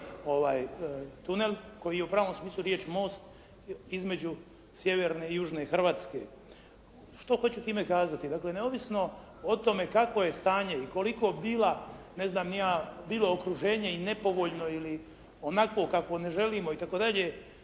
tunel koji je u pravom smislu riječi most između sjeverne i južne Hrvatske. Što hoću time kazati? Dakle neovisno o tome kakvo je stanje i koliko bila, ne znam ni ja, bilo okruženje i nepovoljno ili onakvo kakvo ne želimo i tako dalje